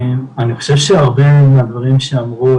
אני חושב שהרבה מהדברים שאמרו,